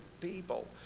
people